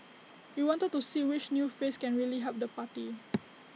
we wanted to see which new face can really help the party